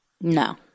No